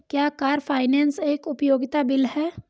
क्या car finance एक उपयोगिता बिल है?